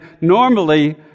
normally